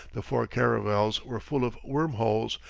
the four caravels were full of worm-holes,